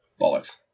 Bollocks